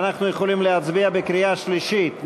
אנחנו יכולים להצביע בקריאה שלישית.